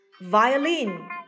Violin